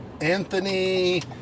Anthony